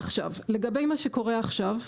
עכשיו, לגבי מה שקורה עכשיו,